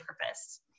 purpose